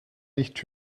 nicht